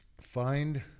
find